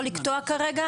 לא לקטוע כרגע,